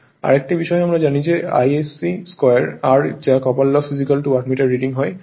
আরেকটি বিষয় আমরা জানি যে Isc 2 R যা কপার লস ওয়াটমিটার রিডিং হয়